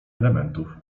elementów